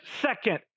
second